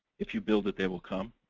if you build it they will come,